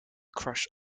crush